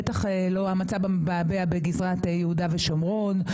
בטח לא המצב בגזרת יהודה ושומרון,